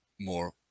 more